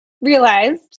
realized